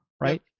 Right